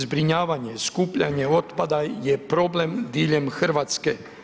Zbrinjavanje, skupljanje otpada je problem diljem Hrvatske.